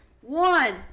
one